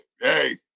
Hey